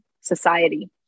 society